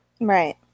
Right